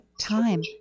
time